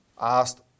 asked